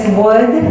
wood